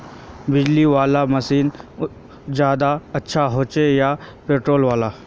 बिजली वाला मशीन ज्यादा अच्छा होचे या पेट्रोल वाला?